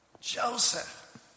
Joseph